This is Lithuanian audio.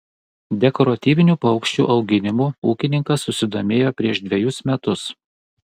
dekoratyvinių paukščių auginimu ūkininkas susidomėjo prieš dvejus metus